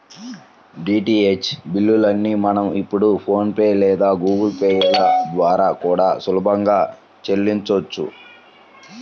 DTH బిల్లుల్ని మనం ఇప్పుడు ఫోన్ పే లేదా గుగుల్ పే ల ద్వారా కూడా సులభంగా చెల్లించొచ్చు